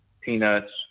peanuts